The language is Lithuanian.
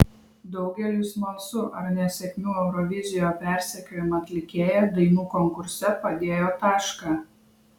daugeliui smalsu ar nesėkmių eurovizijoje persekiojama atlikėja dainų konkurse padėjo tašką